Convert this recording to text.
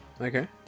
Okay